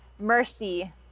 mercy